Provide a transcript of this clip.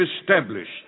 established